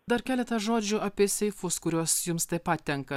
dar keletą žodžių apie seifus kuriuos jums taip pat tenka